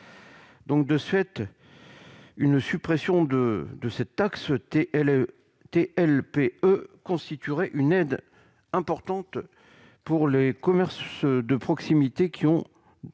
Donc de suite une suppression de de cette taxe T. L. T. L. P. E. constituerait une aide importante pour les commerces de proximité qui ont